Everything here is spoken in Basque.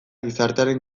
gizartearen